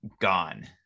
gone